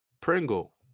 Pringle